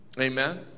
Amen